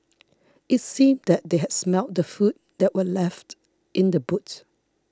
it seemed that they had smelt the food that were left in the boot